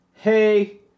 Hey